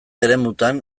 eremutan